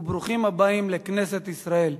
וברוכים הבאים לכנסת ישראל,